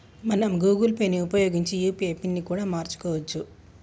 మనం Google Pay ని ఉపయోగించి యూ.పీ.ఐ పిన్ ని కూడా మార్చుకోవచ్చు